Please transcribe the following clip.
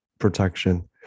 protection